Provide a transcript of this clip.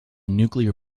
nuclear